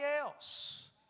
else